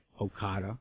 Okada